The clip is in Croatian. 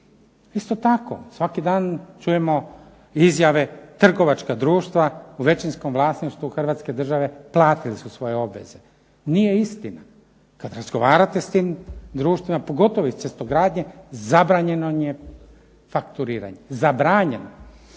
Isto tako, svaki dan čujemo izjave trgovačka društva u većinskom vlasništvu Hrvatske države platili su svoje obveze. Nije istina. Kad razgovarate s tim društvima pogotovo iz cestogradnje zabranjeno im je fakturiranje, zabranjeno.